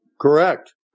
Correct